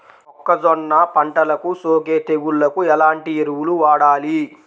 మొక్కజొన్న పంటలకు సోకే తెగుళ్లకు ఎలాంటి ఎరువులు వాడాలి?